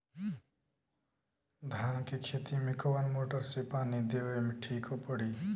धान के खेती मे कवन मोटर से पानी देवे मे ठीक पड़ी?